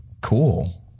cool